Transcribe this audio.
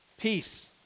Peace